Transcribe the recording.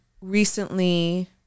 recently